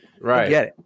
Right